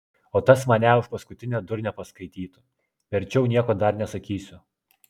o tas mane už paskutinę durnę paskaitytų verčiau nieko dar nesakysiu